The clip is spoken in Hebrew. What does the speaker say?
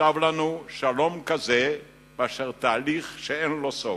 מוטב לנו שלום כזה מאשר תהליך שאין לו סוף.